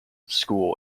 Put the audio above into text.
school